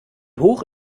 hoch